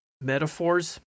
metaphors